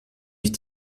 ich